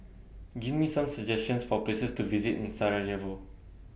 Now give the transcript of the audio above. Give Me Some suggestions For Places to visit in Sarajevo